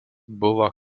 buvo